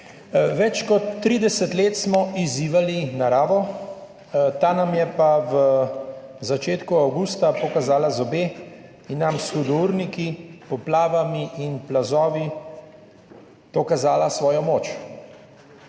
Več kot 30 let smo izzivali naravo, ta nam je pa v začetku avgusta pokazala zobe in nam s hudourniki, poplavami in plazovi dokazala svojo moč.